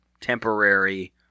temporary